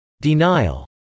Denial